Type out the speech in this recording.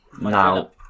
Now